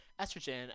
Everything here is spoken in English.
Estrogen